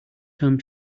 term